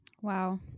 Wow